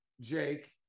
Jake